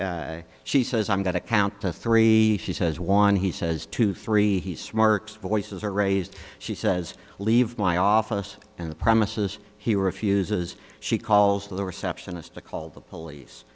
only she says i'm going to count to three she says one he says two three he smirks voices are raised she says leave my office and the premises he refuses she calls the receptionist to call the police